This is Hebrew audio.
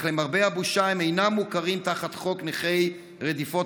אך למרבה הבושה הם אינם מוכרים בחוק נכי רדיפות